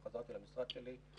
כשחזרתי למשרד שלי,